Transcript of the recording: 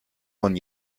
von